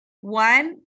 one